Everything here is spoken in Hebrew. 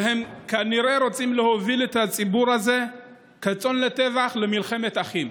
והם כנראה רוצים להוביל את הציבור הזה כצאן לטבח למלחמת אחים,